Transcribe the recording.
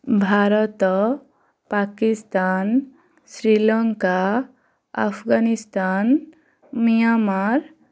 Bharat Pakistan Sri Lanka Afghanistan Myanmar